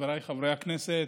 חבריי חברי הכנסת,